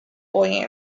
boy